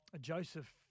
Joseph